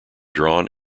drawn